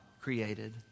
created